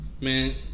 Man